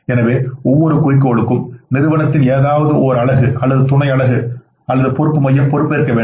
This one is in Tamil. எனவே ஒவ்வொரு குறிக்கோளுக்கும் நிறுவனத்தின் ஏதாவது ஓர் அலகு அல்லது துணை அலகு அல்லது பொறுப்பு மையம் பொறுப்பேற்க வேண்டும்